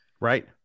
right